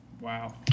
Wow